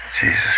Jesus